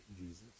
Jesus